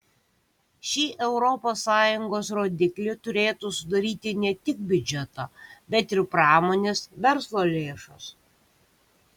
šį europos sąjungos rodiklį turėtų sudaryti ne tik biudžeto bet ir pramonės verslo lėšos